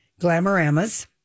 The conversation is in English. Glamoramas